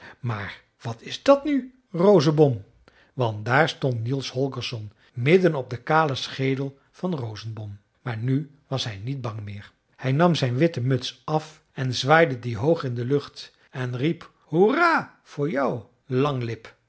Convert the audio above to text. maar wat is dat nu rosenbom want daar stond niels holgersson midden op den kalen schedel van rosenbom maar nu was hij niet bang meer hij nam zijn witte muts af en zwaaide die hoog in de lucht en riep hoera voor jou langlip